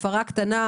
הפרה קטנה,